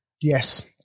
Yes